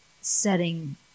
setting